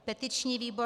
Petiční výbor